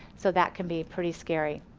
so that can be pretty scary.